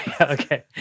Okay